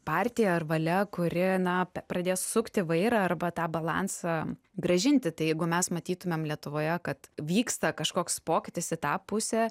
partija ar valia kuri na pradės sukti vairą arba tą balansą grąžinti tai jeigu mes matytumėm lietuvoje kad vyksta kažkoks pokytis į tą pusę